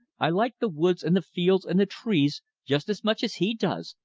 i like the woods and the fields and the trees just as much as he does,